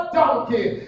donkey